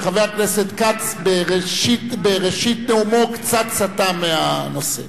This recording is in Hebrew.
וחבר הכנסת כץ בראשית נאומו קצת סטה מהנושא.